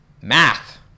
math